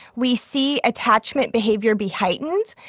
we see attachment behavior be heightened,